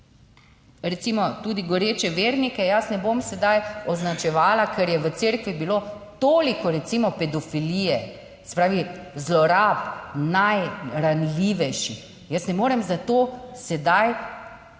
recimo tudi goreče vernike, jaz ne bom sedaj označevala, ker je v cerkvi bilo toliko recimo pedofilije, se pravi zlorab najranljivejših. Jaz ne morem za to sedaj cerkve